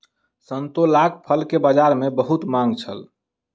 संतोलाक फल के बजार में बहुत मांग छल